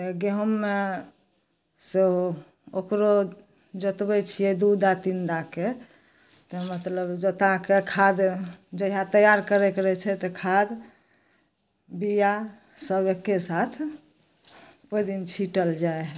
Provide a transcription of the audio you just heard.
तऽ गहूममे सो ओकरो जोतबै छिए दुइ दा तीन दाके तऽ मतलब जोताकऽ खाद जहिआ तैआर करैके रहै छै तऽ खाद बिआसब एक्के साथ ओहिदिन छिटल जाइ हइ जे